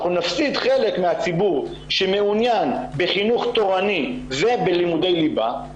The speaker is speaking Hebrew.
אנחנו נפסיד חלק מהציבור שמעוניין בחינוך תורני ובלימודי ליב"ה,